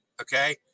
okay